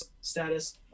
status